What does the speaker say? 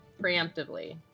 Preemptively